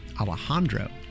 Alejandro